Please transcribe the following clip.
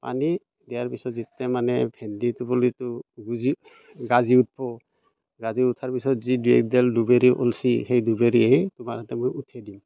পানী দিয়াৰ পিছত যেতিয়া মানে ভেন্দিটো পুলিটো গজি গজি উঠিব গজি উঠাৰ পিছত যি দুই একডাল দুবৰি ওলাইছে সেই দুবৰি তোমাৰ হাতেৰে মই উঠাই দিওঁ